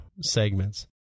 segments